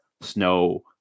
snow